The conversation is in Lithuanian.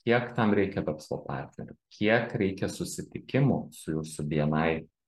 kiek tam reikia verslo partnerių kiek reikia susitikimų su jūsų bni